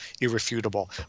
irrefutable